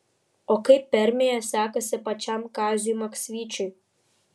o kaip permėje sekasi pačiam kaziui maksvyčiui